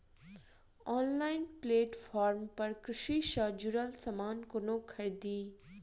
Online platform पर कृषि सँ जुड़ल समान कोना खरीदी?